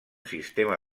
sistema